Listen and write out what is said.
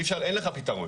שאין עבורו פתרון.